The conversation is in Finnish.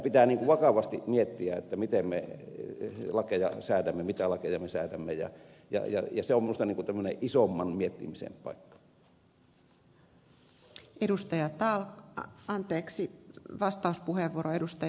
pitää vakavasti miettiä miten me lakeja säädämme mitä lakeja me säädämme ja se on minusta tämmöinen isomman miettimisen paikka